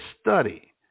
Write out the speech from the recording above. study